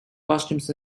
costumes